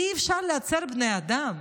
אי-אפשר לייצר בני אדם.